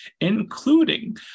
including